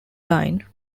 line